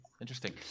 Interesting